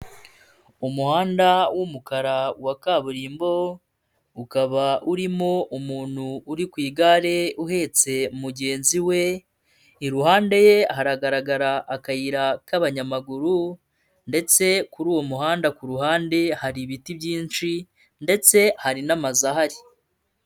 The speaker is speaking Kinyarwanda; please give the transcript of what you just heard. Umuhanda w'umukara wa kaburimbo. Ukaba urimo umuntu uri ku igare uhetse mugenzi we. Iruhande ye haragaragara akayira k'abanyamaguru ndetse kuri uwo muhanda ku ruhande hari ibiti byinshi ndetse hari n'amazu ahari.